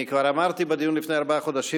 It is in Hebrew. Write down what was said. אני כבר אמרתי בדיון לפני ארבעה חודשים